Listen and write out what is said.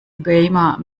gamer